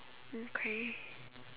okay